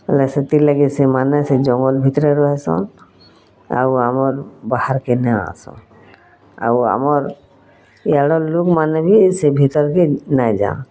ହେଲା ସେଥିର୍ ଲାଗି ସେମାନେ ସେ ଜଙ୍ଗଲ ଭିତରେ ରହିସନ୍ ଆଉ ଆମର୍ ବହାର୍ କେନ୍ ଆସନ୍ ଆଉ ଆମର୍ ୟାଡ଼୍ର ଲୋଗ୍ ମାନେ ବି ସେ ଭିତରେ ବି ନେଇଁ ଯାନ୍